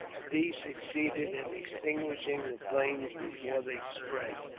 and these succeeded in extinguishing the flames before they spread.